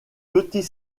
petit